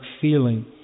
feeling